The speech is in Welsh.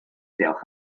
diolch